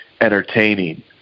entertaining